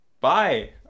bye